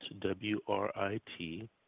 W-R-I-T